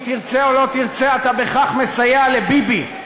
אם תרצה או לא תרצה, אתה בכך מסייע לביבי.